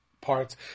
parts